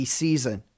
season